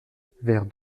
vers